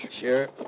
Sure